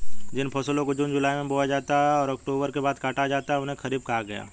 जिन फसलों को जून जुलाई में बोया जाता है और अक्टूबर के बाद काटा जाता है उन्हें खरीफ कहा गया है